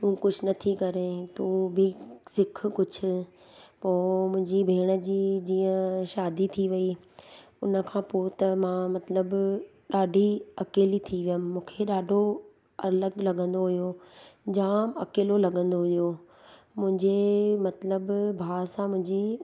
तू कुझु नथी करे तू बि सिख कुझु पोइ मुंहिंजी भेण जी जीअं शादी थी वई उनखां पोइ त मां मतिलबु ॾाढी अकेली थी वियमि मूंखे ॾाढो अलॻि लॻंदो हुयो जाम अलॻि लॻंदो हुयो मुंजे मतिलबु भाउ सां मुंहिंजी